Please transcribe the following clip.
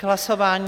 K hlasování?